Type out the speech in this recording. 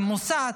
עם מוסד,